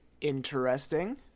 interesting